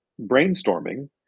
brainstorming